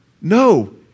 No